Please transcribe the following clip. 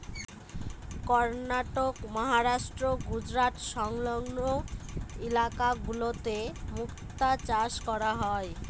কর্ণাটক, মহারাষ্ট্র, গুজরাট সংলগ্ন ইলাকা গুলোতে মুক্তা চাষ করা হয়